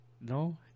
No